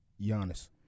Giannis